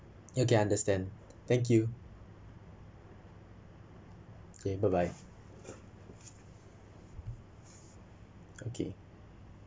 ya okay understand thank you okay bye bye okay